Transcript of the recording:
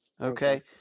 Okay